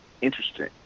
interesting